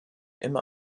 immer